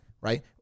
right